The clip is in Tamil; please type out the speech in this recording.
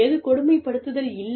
எது கொடுமைப்படுத்துல் இல்லை